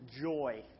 joy